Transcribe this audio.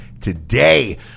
today